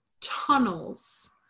tunnels